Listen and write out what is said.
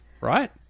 Right